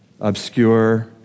obscure